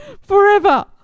forever